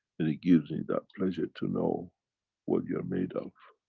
and it gives me that pleasure to know what you're made of,